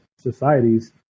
societies